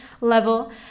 level